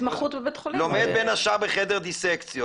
לומד בין השאר בחדר דיסקציות.